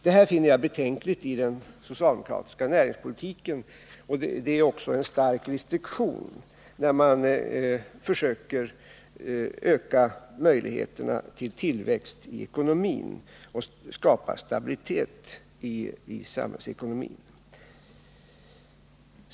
Detta finner jag betänkligt i den socialdemokratiska näringspolitiken, och det är också en stark restriktion när man försöker öka möjligheterna till tillväxt och stabilitet i samhällsekonomin.